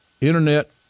Internet